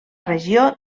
regió